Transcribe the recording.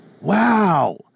Wow